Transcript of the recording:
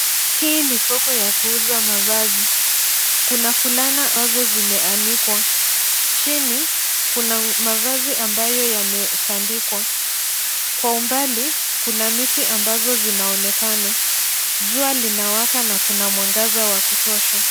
Hii ni soko ya kuuza mavazi. Kuna fulana ambazo zimeanikwa. Chini kuna mavazi ambayo yametandikwa. kwa umbali kuna miti ambazo zinaonekana. Jua linawaka na kuna mwangaza wa kutosha.